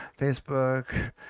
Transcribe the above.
Facebook